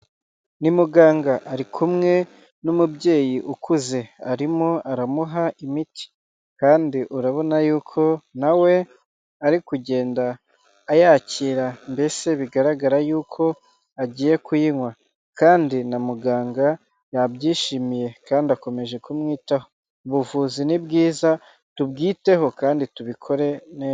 Ni muganga ari kumwe n'umubyeyi ukuze, arimo aramuha imiti, kandi urabona yuko nawe ari kugenda ayakira mbese bigaragara yuko agiye kuyinywa, kandi na muganga yabyishimiye, kandi akomeje kumwitaho, ubuvuzi ni bwiza, tubyiteho kandi tubikore neza.